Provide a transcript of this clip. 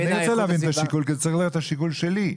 אני צריך להבין כי זה צריך להיות השיקול שלי.